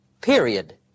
Period